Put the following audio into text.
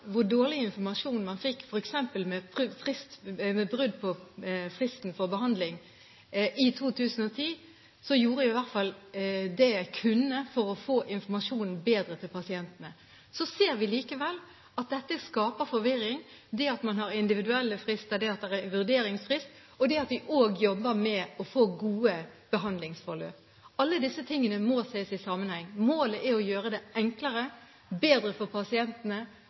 hvor dårlig informasjon man fikk, f.eks. med brudd på fristen for behandling i 2010, gjorde jeg i hvert fall det jeg kunne for å få informasjonen bedre ut til pasientene. Så ser vi likevel at dette skaper forvirring – det at man har individuelle frister, det at det er en vurderingsfrist, og det at vi også jobber med å få gode behandlingsforløp. Alle disse tingene må ses i sammenheng. Målet er å gjøre det enklere, bedre for pasientene